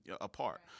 apart